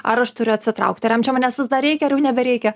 ar aš turiu atsitraukti ar jam čia manęs vis dar reikia ir jau nebereikia